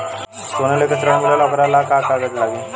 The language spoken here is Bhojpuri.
सोना लेके ऋण मिलेला वोकरा ला का कागज लागी?